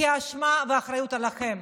כי האשמה והאחריות עליכם,